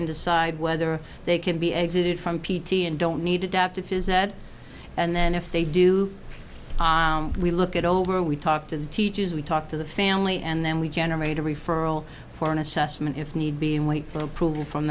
and decide whether they can be exited from p t and don't need to adapt if is that and then if they do we look it over we talk to the teachers we talk to the family and then we generate a referral for an assessment if need be and wait for approval from